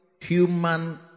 human